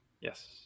Yes